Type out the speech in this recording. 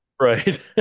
right